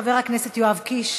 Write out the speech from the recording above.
חבר הכנסת יואב קיש,